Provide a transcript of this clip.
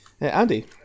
Andy